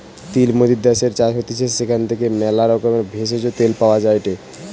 তিল মোদের দ্যাশের চাষ হতিছে সেখান হইতে ম্যালা রকমের ভেষজ, তেল পাওয়া যায়টে